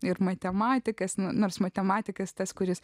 ir matematikas nors matematikas tas kuris